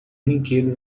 brinquedo